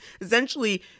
essentially